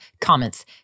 comments